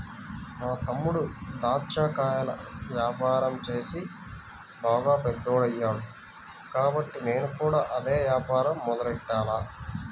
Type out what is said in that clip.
మా తమ్ముడు దాచ్చా కాయల యాపారం చేసి బాగా పెద్దోడయ్యాడు కాబట్టి నేను కూడా అదే యాపారం మొదలెట్టాల